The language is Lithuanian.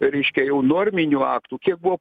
reiškia jau norminių aktų kiek buvo